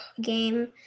game